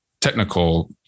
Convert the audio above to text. technical